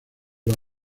los